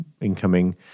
incoming